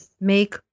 Make